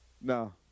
No